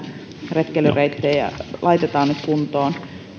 retkeilyreittejä laitetaan nyt kuntoon